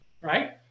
right